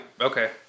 Okay